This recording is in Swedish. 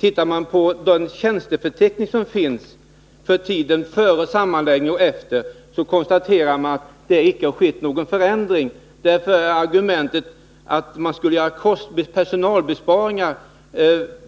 Men ser man på den tjänsteförteckning som finns för tiden före resp. efter sammanläggningen, så kan man konstatera att det icke har skett någon förändring. Därför är argumentet att man skulle göra personalkostnadsbesparingar